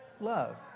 love